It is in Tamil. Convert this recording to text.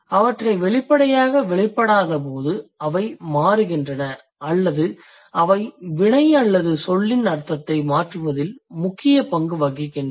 அவை வெளிப்படையாக வெளிப்படாதபோது அவை மாறுகின்றன அல்லது அவை வினை அல்லது சொல்லின் அர்த்தத்தை மாற்றுவதில் முக்கியப் பங்கு வகிக்கின்றன